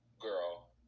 girl